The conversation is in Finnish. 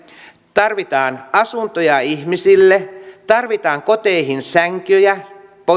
tarvitaan asuntoja ihmisille tarvitaan koteihin sänkyjä